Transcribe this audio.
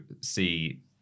see